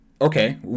okay